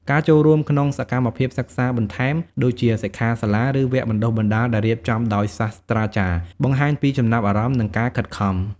ការចូលរួមក្នុងសកម្មភាពសិក្សាបន្ថែម ដូចជាសិក្ខាសាលា ឬវគ្គបណ្តុះបណ្តាលដែលរៀបចំដោយសាស្រ្តាចារ្យ បង្ហាញពីចំណាប់អារម្មណ៍ និងការខិតខំ។